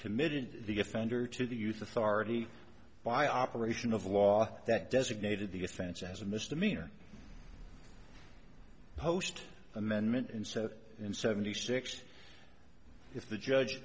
committed the offender to the youth authority by operation of law that designated the offense as a misdemeanor post amendment and so in seventy six if the judge